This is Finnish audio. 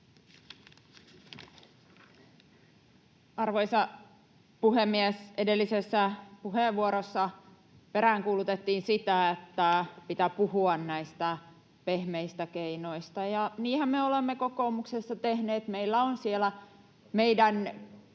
Arvoisa puhemies! Edellisessä puheenvuorossa peräänkuulutettiin sitä, että pitää puhua näistä pehmeistä keinoista, ja niinhän me olemme kokoomuksessa tehneet. [Mika Kari: